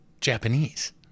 Japanese